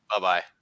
Bye-bye